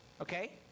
Okay